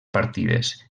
partides